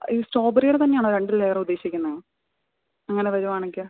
ഈ സ്ട്രോബെറീടെ തന്നെയാണോ രണ്ട് ലെയറു ഉദ്ദേശിക്കുന്നത് അങ്ങനെ വരുകയാണെങ്കിൽ